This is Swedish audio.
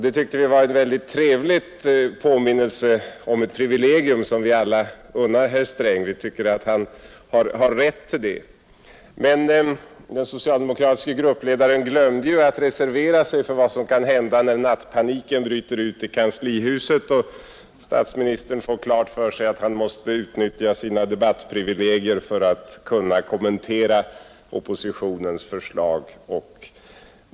Det tyckte vi var en mycket trevlig påminnelse om ett privilegium som vi alla unnar herr Sträng: vi tycker att han har rätt till det. Men den socialdemokratiske gruppledaren glömde att reservera sig för vad som kan hända när nattpaniken bryter ut i kanslihuset och statsministern får klart för sig att han måste utnyttja sina debattprivilegier för att kunna kommentera oppositionens förslag.